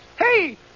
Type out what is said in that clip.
Hey